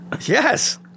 Yes